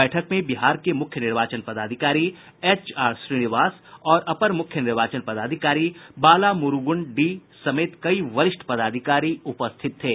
बैठक में बिहार के मुख्य निर्वाचन पदाधिकारी एच आर श्रीनिवास और अपर मुख्य निर्वाचन पदाधिकारी बाला मुरूगन डी समेत कई वरिष्ठ पदाधिकारी उपस्थित थे